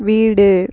வீடு